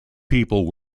people